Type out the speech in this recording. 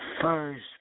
First